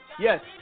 Yes